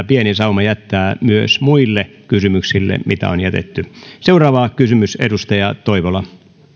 pieni sauma jättää myös muille kysymyksille mitä on jätetty seuraava kysymys edustaja toivola arvoisa